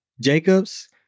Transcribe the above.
Jacobs